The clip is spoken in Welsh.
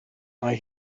mae